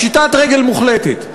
פשיטת רגל מוחלטת.